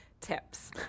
tips